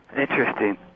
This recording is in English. Interesting